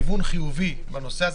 כי בסופרמרקט הצעצועים זה על הדרך.